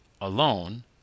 alone—